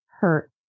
hurt